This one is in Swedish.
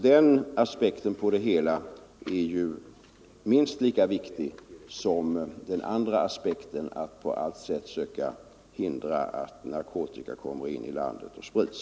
Den aspekten är ju minst lika viktig som den andra aspekten — att på allt sätt söka hindra att narkotika kommer in i landet och sprids.